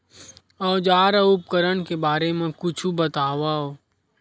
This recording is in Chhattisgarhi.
औजार अउ उपकरण के बारे मा कुछु बतावव?